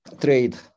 trade